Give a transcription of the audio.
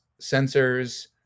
sensors